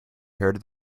heard